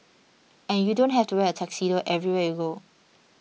and you don't have to wear a tuxedo everywhere you go